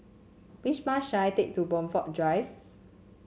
which bus should I take to Blandford Drive